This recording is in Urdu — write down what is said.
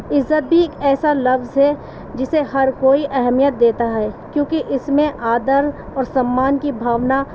عزت بھی ایک ایسا لفظ ہے جسے ہر کوئی اہمیت دیتا ہے کیونکہ اس میں آدر اور سمان کی بھاؤنا